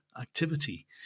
activity